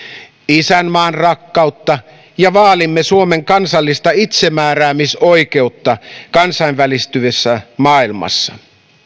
isänmaanrakkautta ja vaalimme suomen kansallista itsemääräämisoikeutta kansainvälistyvässä maailmassa